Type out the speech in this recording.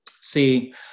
See